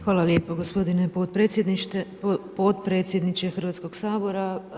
Hvala lijepo gospodine potpredsjedniče Hrvatskog sabora.